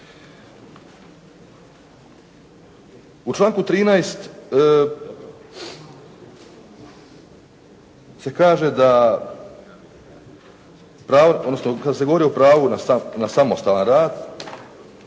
U članku 13. se kaže da pravo, odnosno kada se govori o pravu na samostalan rad